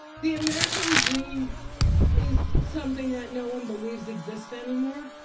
the american dream is something that no one believes exists anymore,